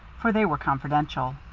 for they were confidential.